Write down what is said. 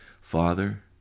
Father